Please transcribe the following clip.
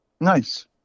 Nice